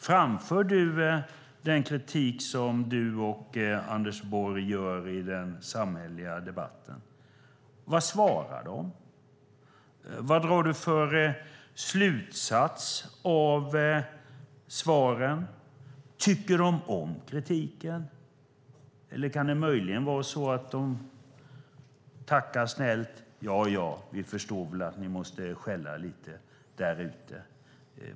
Framför du den kritik som du och Anders Borg framför i den samhälleliga debatten? Vad svarar de? Vad drar du för slutsats av svaren? Tycker de om kritiken? Eller kan det möjligen vara så att de tackar snällt och säger: Vi förstår att ni måste skälla lite där ute.